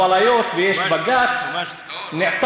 אבל היות שיש בג"ץ נעתרנו,